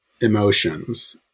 emotions